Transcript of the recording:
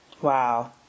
Wow